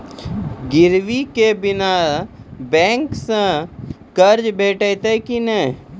गिरवी के बिना बैंक सऽ कर्ज भेटतै की नै?